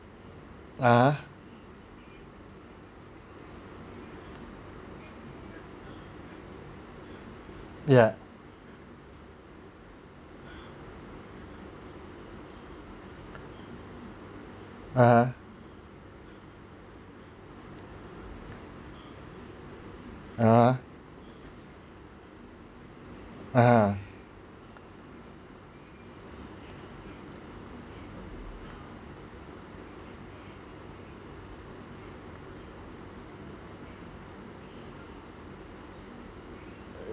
a'ah ya (uh huh) (uh huh) (uh huh)